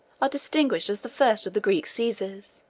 are distinguished as the first of the greek caesars,